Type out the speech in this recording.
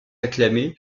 acclamé